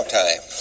time